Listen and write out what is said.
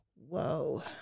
whoa